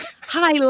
High